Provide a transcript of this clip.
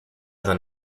than